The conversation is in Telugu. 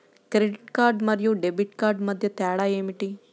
క్రెడిట్ కార్డ్ మరియు డెబిట్ కార్డ్ మధ్య తేడా ఏమిటి?